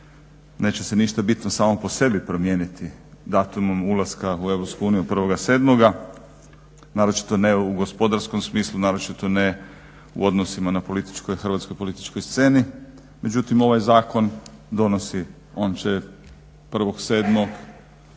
neće se ništa bitno samo po sebi promijeniti datumom ulaska u EU 1.07., naročito ne u gospodarskom smislu, naročito ne u odnosima na hrvatskoj političkoj sceni. Međutim, ovaj zakon donosi, on će 1.07.